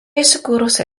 įsikūrusi